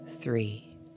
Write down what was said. three